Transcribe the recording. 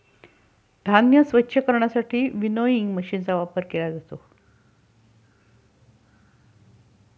धान्य स्वच्छ करण्यासाठी विनोइंग मशीनचा वापर केला जातो